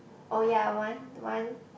oh ya one one